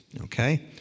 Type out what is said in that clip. okay